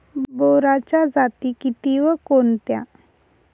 बोराच्या जाती किती व कोणत्या?